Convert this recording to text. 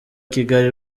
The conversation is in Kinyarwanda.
kigali